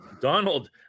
Donald